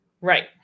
Right